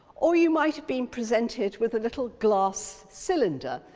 or you might have been presented with a little glass cylinder,